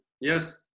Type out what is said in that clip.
Yes